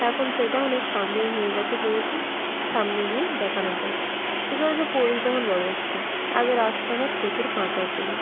এখন সেটা অনেক সামনেই হয়ে গেছে যেহেতু সামনে গিয়েই দেখানো যায় এছাড়া যে পরিবহন ব্যবস্থা আগে রাস্তাঘাট প্রচুর কাঁচা ছিলো